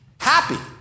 happy